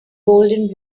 golden